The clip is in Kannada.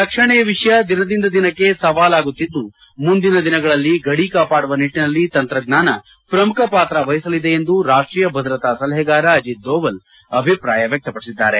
ರಕ್ಷಣೆಯ ವಿಷಯ ದಿನದಿಂದ ದಿನಕ್ಕೆ ಸವಾಲಾಗುತ್ತಿದ್ದು ಮುಂದಿನ ದಿನಗಳಲ್ಲಿ ಗದಿ ಕಾಪಾಡುವ ನಿಟ್ಟಿನಲ್ಲಿ ತಂತ್ರಜ್ಞಾನ ಪ್ರಮುಖ ಪಾತ್ರ ವಹಿಸಲಿದೆ ಎಂದು ರಾಷ್ಟೀಯ ಭದ್ರತಾ ಸಲಹೆಗಾರ ಅಜಿತ್ ದೋವಲ್ ಅಭಿಪ್ರಾಯ ವ್ಯಕ್ತಪಡಿಸಿದ್ದಾರೆ